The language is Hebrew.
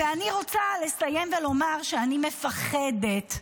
אני רוצה לסיים ולומר שאני מפחדת,